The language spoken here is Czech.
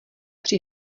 při